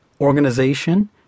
organization